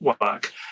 work